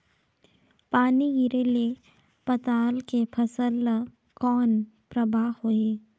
पानी गिरे ले पताल के फसल ल कौन प्रभाव होही?